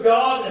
God